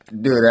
Dude